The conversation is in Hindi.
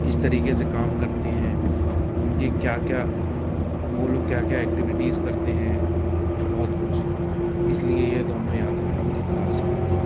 किस तरीक़े से काम करते हैं उनकी क्या क्या वो लोग क्या क्या एक्टिविटीज़ करते हैं बहुत कुछ इसलिए ये दोनों यादे मेरी खास हैं